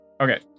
okay